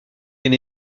gen